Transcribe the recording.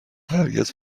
هرگز